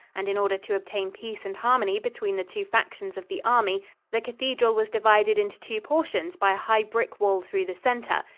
and in order to obtain peace and harmony between the two factions of the army the cathedral was divided into two portions by a high brick wall through the center,